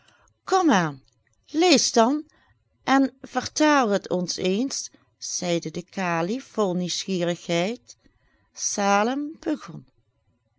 aan lees dan en vertaal het ons eens zeide de kalif vol nieuwsgierigheid salem begon